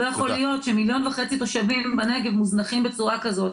לא יכול להיות שמיליון וחצי תושבים בנגב מוזנחים בצורה כזו.